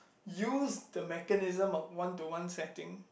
use the mechanism of one to one setting